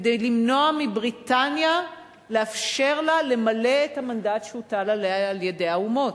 כדי למנוע מבריטניה לאפשר לה למלא את המנדט שהוטל עליה על-ידי האומות.